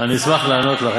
אני אשמח לענות לך,